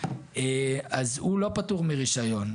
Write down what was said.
הוא לא פטור מרישיון.